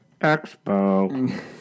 Expo